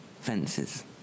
Fences